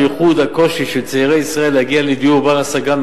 ובייחוד הקושי של צעירי ישראל להגיע לדיור בר-השגה,